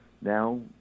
Now